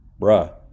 Bruh